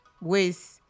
ways